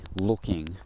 looking